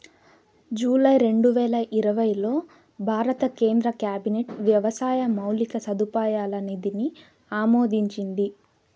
July రెండువేల ఇరవైలో భారత కేంద్ర క్యాబినెట్ వ్యవసాయ మౌలిక సదుపాయాల నిధిని ఆమోదించింది